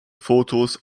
fotos